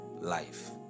life